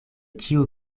ĉiu